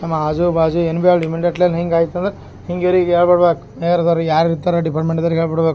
ನಮ್ಮ ಆಜು ಬಾಜು ಏನು ಬಿ ಅಲ್ಲಿ ಇಮಿಲ್ಡೆಟ್ಲಿ ಅಲ್ಲಿ ಹಿಂಗೆ ಆಗ್ತು ಅಂದ್ರೆ ಹಿಂಗೆ ರೀ ಈಗ ಹೇಳ್ಬಿಡ್ಬೇಕು ಯಾರದಾರು ಯಾರು ಇರ್ತಾರೆ ಡಿಪಾಟ್ಮೆಂಟಿದಾಗೆ ಹೇಳ್ಬಿಡ್ಬೇಕು